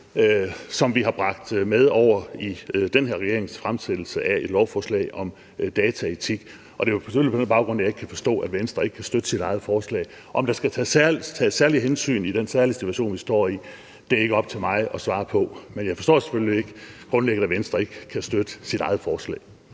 som vi har bragt med over i den her regerings fremsættelse af et lovforslag om dataetik. Og det er på den baggrund, jeg ikke kan forstå, at Venstre ikke kan støtte sit eget forslag. Om der skal tages særlige hensyn i den særlige situation, vi står i, er ikke op til mig at svare på. Men jeg forstår grundlæggende ikke, at Venstre ikke kan støtte sit eget forslag.